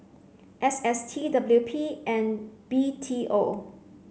S S T W P and B T O